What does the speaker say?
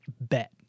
bet